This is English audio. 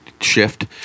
shift